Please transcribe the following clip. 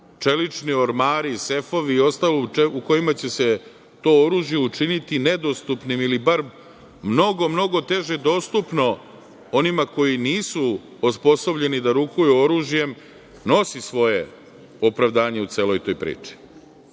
čelični ormari, sefovi i ostalo u čemu će se to oružje učiniti nedostupnim ili bar mnogo, mnogo teže dostupno onima koji nisu osposobljeni da rukuju oružjem, nosi svoje opravdanje u celoj toj priči. Znate,